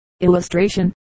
Illustration